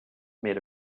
made